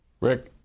Rick